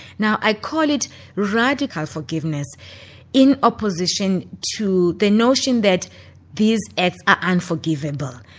now i call it radical forgiveness in opposition to the notion that these acts are unforgiveable.